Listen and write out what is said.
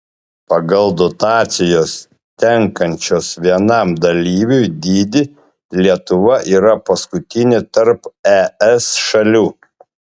pagal dotacijos tenkančios vienam dalyviui dydį lietuva yra paskutinė tarp es šalių